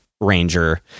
Ranger